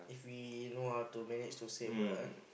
if we know how to manage to save lah ah